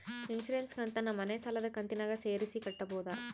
Insurance ಕಂತನ್ನ ಮನೆ ಸಾಲದ ಕಂತಿನಾಗ ಸೇರಿಸಿ ಕಟ್ಟಬೋದ?